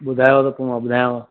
ॿुधायो त पोइ मां ॿुधायांव